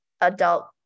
adult